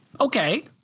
okay